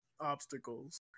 obstacles